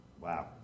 Wow